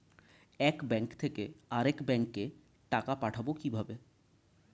এক ব্যাংক থেকে আরেক ব্যাংকে টাকা পাঠাবো কিভাবে?